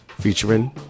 featuring